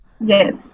Yes